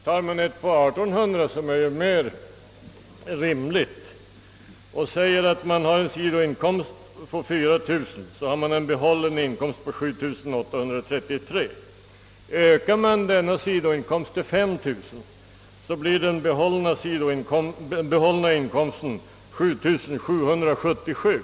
Vid 1 800 i bostadsbidrag, vilket är mer vanligt, och en sidoinkomst på 4 000, har folkpensionären en behållen inkomst på 7833 kronor. Ökar man sidoinkomsten till 5 000, blir den behållna inkomsten 7 777 kr.